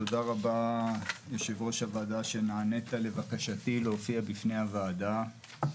תודה רבה יושב-ראש הוועדה שנענית לבקשתי להופיע בפני הוועדה.